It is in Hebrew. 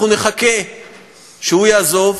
אנחנו נחכה שהוא יעזוב,